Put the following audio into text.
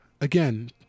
Again